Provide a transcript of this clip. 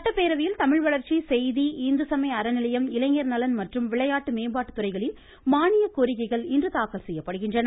சட்டப்பேரவையில் தமிழ் வளர்ச்சி செய்தி இந்துசமய அறநிலையம் இளைஞர் நலன் மற்றும் விளையாட்டு மேம்பாட்டு துறைகளின் மானியக் கோரிக்கைகள் இன்று தாக்கல் செய்யப்படுகின்றன